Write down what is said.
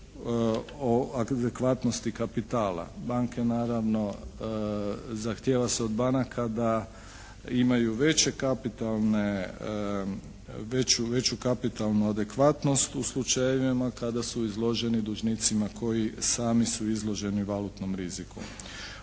o adekvatnosti kapitala. Banke naravno, zahtjeva se od banaka da imaju veće kapitalne, veću kapitalnu adekvatnost u slučajevima kada su izloženi dužnicima koji sami su izloženi valutnom riziku.